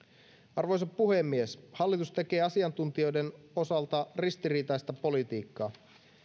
arvoisa puhemies hallitus tekee asiantuntijoiden osalta ristiriitaista politiikkaa